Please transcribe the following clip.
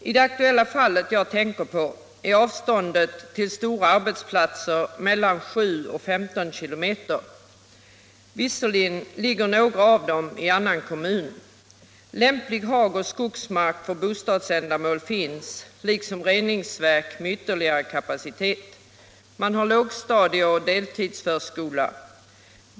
I det aktuella fall som jag tänker på är avståndet till stora arbetsplatser mellan 7 och 15 km. Visserligen ligger några av dem i annan kommun. Lämplig hagoch skogsmark för bostadsändamål finns, liksom reningsverk med ytterligare kapacitet. Man har lågstadieoch deltidsförskola.